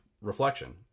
reflection